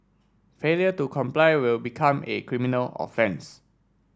failure to comply will become a criminal offence